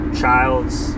child's